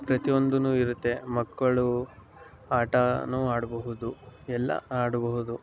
ಪ್ರತಿಯೊಂದನ್ನೂ ಇರುತ್ತೆ ಮಕ್ಕಳು ಆಟನೂ ಆಡಬಹುದು ಎಲ್ಲ ಆಡಬಹುದು